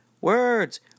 Words